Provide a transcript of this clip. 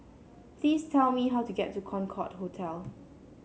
please tell me how to get to Concorde Hotel